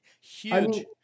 Huge